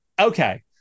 Okay